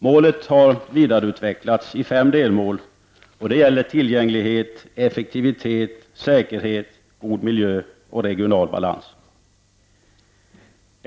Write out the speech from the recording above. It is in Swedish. Målet har vidareutvecklats i fem delmål: tillgänglighet, effektivitet, säkerhet, god miljö och regional balans.